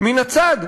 מן הצד.